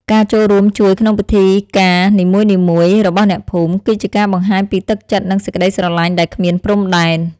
ការចូលរួមជួយក្នុងពិធីការនីមួយៗរបស់អ្នកភូមិ គឺជាការបង្ហាញពីទឹកចិត្តនិងសេចក្ដីស្រឡាញ់ដែលគ្មានព្រំដែន។